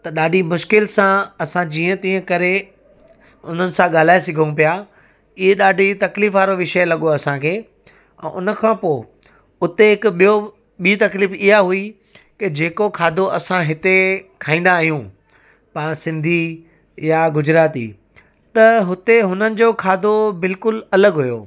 त ॾाढी मुश्किल सां असां जीअं तीअं करे उन्हनि सां ॻाल्हाए सघूं पिया इहा ॾाढी तकलीफ़ु वारो विषय लॻो असांखे ऐं उन खां पोइ हुते हिकु ॿियो ॿी तकलीफ़ु इहा हुई की जेको खाधो असां हिते खाईंदा आहियूं पाण सिंधी या गुजराती त हुते हुननि जो खाधो बिल्कुलु अलॻि हुयो